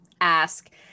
ask